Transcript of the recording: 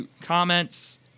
comments